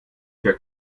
für